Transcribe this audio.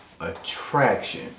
attraction